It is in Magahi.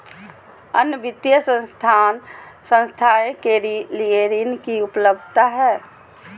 अन्य वित्तीय संस्थाएं के लिए ऋण की उपलब्धता है?